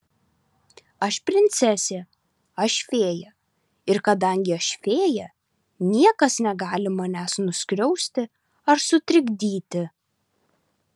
aš princesė aš fėja ir kadangi aš fėja niekas negali manęs nuskriausti ar sutrikdyti